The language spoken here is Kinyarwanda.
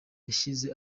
yashyize